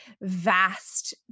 vast